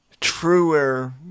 truer